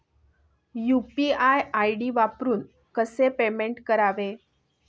UPI ID वापरून कसे payment करावे?